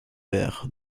vert